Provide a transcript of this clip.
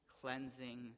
cleansing